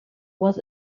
was